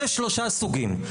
יש שלושה סוגים,